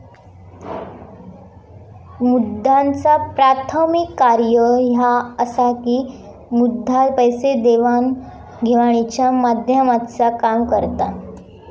मुद्राचा प्राथमिक कार्य ह्या असा की मुद्रा पैसे देवाण घेवाणीच्या माध्यमाचा काम करता